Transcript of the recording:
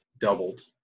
doubled